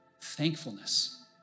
thankfulness